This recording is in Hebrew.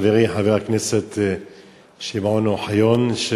חברי חבר הכנסת שמעון אוחיון,